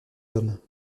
hommes